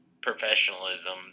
professionalism